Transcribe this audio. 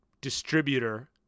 distributor